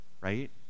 right